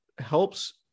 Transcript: helps